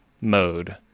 mode